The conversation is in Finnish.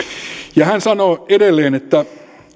hän sanoo edelleen että